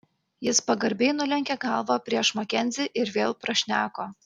jis pagarbiai nulenkė galvą prieš makenzį ir vėl prašneko